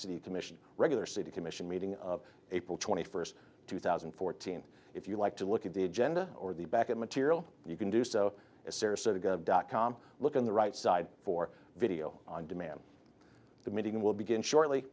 city commission regular city commission meeting april twenty first two thousand and fourteen if you like to look at the agenda or the back of material you can do so as sarasota gov dot com look on the right side for video on demand the meeting will begin shortly